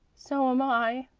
so am i,